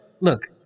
Look